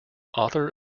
author